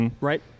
Right